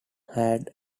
had